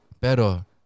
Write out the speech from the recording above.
Pero